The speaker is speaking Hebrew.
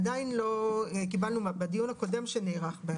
עדיין לא קיבלנו, בדיון הקודם שנערך.